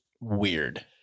weird